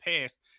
past